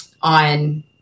on